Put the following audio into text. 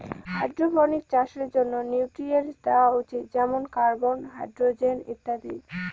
hydroponics চাষের জন্য nutrients দেওয়া উচিত যেমন কার্বন, হাইড্রজেন ইত্যাদি